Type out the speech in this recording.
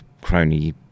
crony